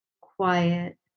quiet